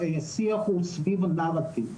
השיח הוא סביב הנרטיב,